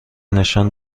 نشان